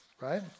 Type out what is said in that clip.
Right